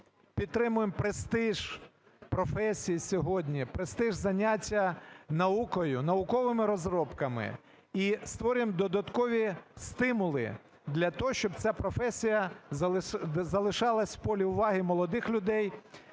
підтримуємо престиж професії сьогодні, престиж заняття наукою, науковими розробками і створюємо додаткові стимули для того, щоб ця професія залишалася в полі уваги молодих людей.